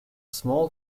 small